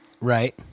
Right